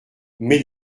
mais